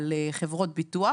על חברות ביטוח.